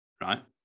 right